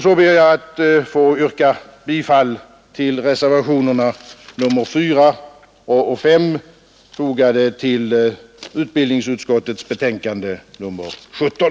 Så ber jag att få yrka bifall till reservationerna 4 och §S, fogade till utbildningsutskottets betänkande nr 17.